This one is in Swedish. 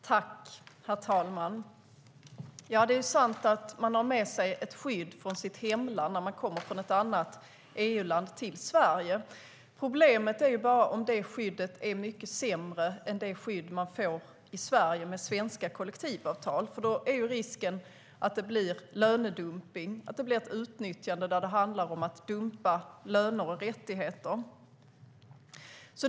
Herr talman! Det är sant att man har med sig ett skydd från sitt hemland när man kommer från ett annat EU-land till Sverige. Problemet är om det skyddet är mycket sämre än det skydd man får i Sverige med svenska kollektivavtal. Risken är att det blir lönedumpning och ett utnyttjande där det handlar om att dumpa löner och rättigheter.